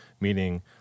meaning